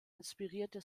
inspirierte